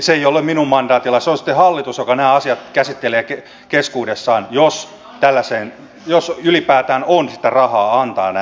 se ei ole minun mandaatillani se on sitten hallitus joka nämä asiat käsittelee keskuudessaan jos ylipäätään on sitä rahaa antaa näihin